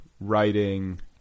writing